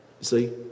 see